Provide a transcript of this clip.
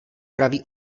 pravý